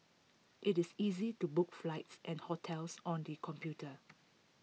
IT is easy to book flights and hotels on the computer